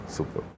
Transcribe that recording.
Super